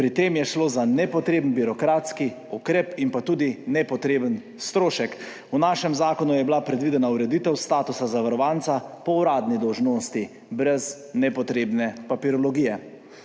pri tem je šlo za nepotreben birokratski ukrep in pa tudi nepotreben strošek. V našem zakonu je bila predvidena ureditev statusa zavarovanca po uradni dolžnosti, brez nepotrebne papirologije.